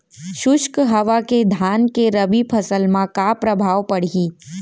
शुष्क हवा के धान के रबि फसल मा का प्रभाव पड़ही?